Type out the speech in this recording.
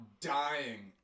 dying